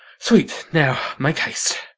sweet now, make haste.